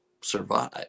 survive